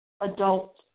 adult